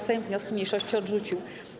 Sejm wnioski mniejszości odrzucił.